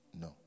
No